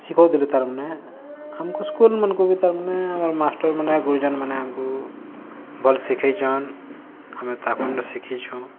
ଶିଖଉଥିଲେ ତାର୍ ମାନେ ଆମକୁ ସ୍କୁଲ୍ ମାନକୁଁ ବି ତାର୍ ମାନେ ଆମର୍ ମାଷ୍ଟର୍ମାନେ ଗୁରୁଜନ୍ ମାନେ ଆମକୁ ଭଲ୍ ଶିଖାଇଛନ୍ ଆମେ ତାକରନୁଁ ଶିିଖିଛୁଁ